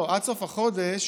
עד סוף החודש